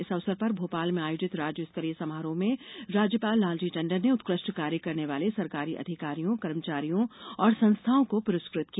इस अवसर पर भोपाल में आयोजित राज्य स्तरीय समारोह में राज्यपाल लालजी टंडन ने उत्कृष्ट कार्य करने वाले सरकारी अधिकारियों कर्मचारियों और संस्थाओं को प्रस्कृत किया